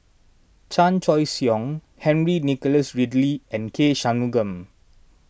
Chan Choy Siong Henry Nicholas Ridley and K Shanmugam